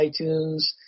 iTunes